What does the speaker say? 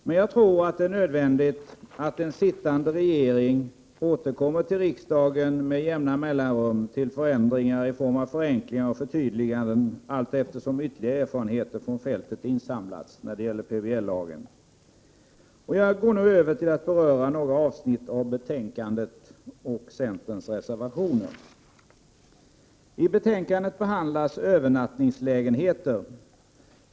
Men jag tror att det är nödvändigt att sittande regering med jämna mellanrum återkommer till riksdagen med förslag till förändringar i form av förenklingar och förtydliganden allteftersom ytterligare erfarenheter av PBL-lagen insamlats från fältet. Jag går nu över till att beröra några avsnitt av betänkandet och centerns reservationer. I betänkandet behandlas övernattningslägenheter.